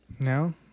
No